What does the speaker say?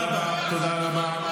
תודה רבה.